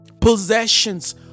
possessions